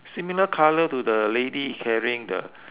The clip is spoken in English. similar colour to the lady carrying the